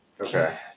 Okay